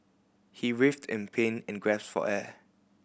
he writhed in pain and for air